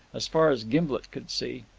as far as gimblet could see.